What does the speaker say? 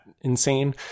insane